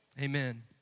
Amen